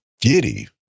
giddy